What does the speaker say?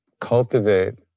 cultivate